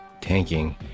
tanking